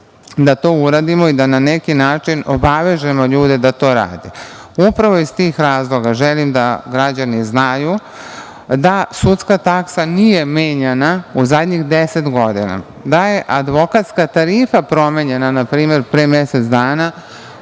da to uradimo i da na neki način obavežemo ljude da to rade. Upravo iz tih razloga želim da građani znaju da sudska taksa nije menjana u zadnjih deset godina, da je advokatska tarifa promenjena, na primer pre mesec dana